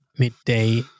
Midday